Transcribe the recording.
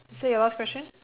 so your last question